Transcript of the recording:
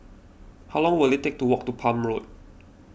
how long will it take to walk to Palm Road